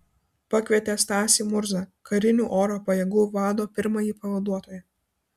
pakvietė stasį murzą karinių oro pajėgų vado pirmąjį pavaduotoją